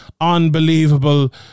unbelievable